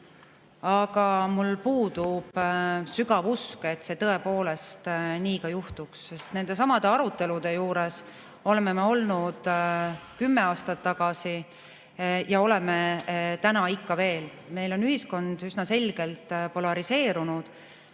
Aga mul puudub sügav usk, et see tõepoolest nii ka juhtub, sest nendesamade arutelude juures oleme me olnud kümme aastat tagasi ja oleme täna ikka veel. Meil on ühiskond üsna selgelt polariseerunud.